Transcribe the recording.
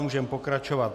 Můžeme pokračovat.